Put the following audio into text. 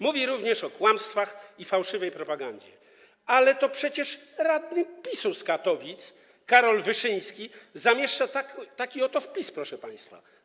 Mówi również o kłamstwach i fałszywej propagandzie, ale to przecież radny PiS-u z Katowic Karol Wyszyński zamieszcza taki oto wpis, proszę państwa: